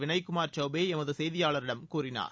வினய் குமார் சௌபே எமது செய்தியாளரிடம் கூறினார்